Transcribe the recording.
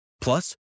Plus